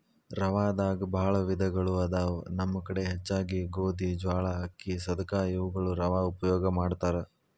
ರವಾದಾಗ ಬಾಳ ವಿಧಗಳು ಅದಾವ ನಮ್ಮ ಕಡೆ ಹೆಚ್ಚಾಗಿ ಗೋಧಿ, ಜ್ವಾಳಾ, ಅಕ್ಕಿ, ಸದಕಾ ಇವುಗಳ ರವಾ ಉಪಯೋಗ ಮಾಡತಾರ